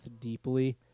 deeply